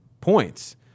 points